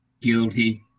guilty